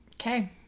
Okay